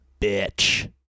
bitch